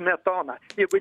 smetoną jeigu